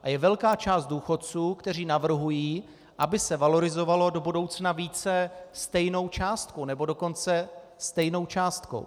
A je velká část důchodců, kteří navrhují, aby se valorizovalo do budoucna více stejnou částkou, nebo dokonce stejnou částkou.